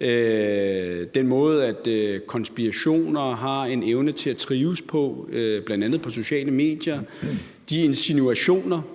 med den måde, konspirationer har en evne til at trives på, bl.a. på sociale medier, og med de insinuationer,